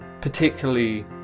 particularly